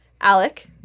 Alec